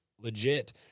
legit